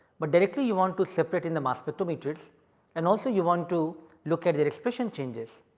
but directly you want to separate in the mass spectrometers and also you want to look at their expression changes.